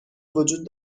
وجود